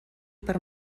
per